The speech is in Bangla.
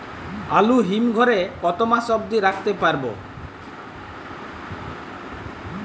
আলু হিম ঘরে কতো মাস অব্দি রাখতে পারবো?